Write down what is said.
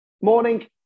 Morning